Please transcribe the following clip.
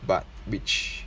but which